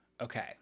Okay